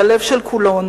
בלב של כולנו,